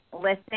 listen